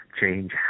change